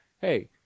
hey